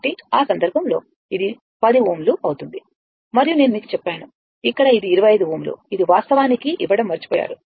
కాబట్టి ఆ సందర్భంలో ఇది 10 Ω అవుతుంది మరియు నేను మీకు చెప్పాను ఇక్కడ ఇది 25 Ω ఇది వాస్తవానికి ఇవ్వడం మర్చిపోయారు